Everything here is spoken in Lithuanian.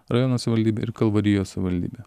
rajono savivaldybė ir kalvarijos savivaldybė